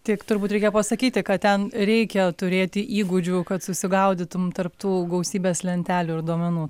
tik turbūt reikia pasakyti kad ten reikia turėti įgūdžių kad susigaudytum tarp tų gausybės lentelių ir duomenų